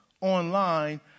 online